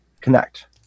connect